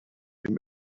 him